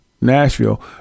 Nashville